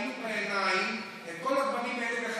ראינו בעיניים את כל הדברים האלה,